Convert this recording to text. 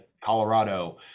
Colorado